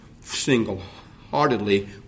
single-heartedly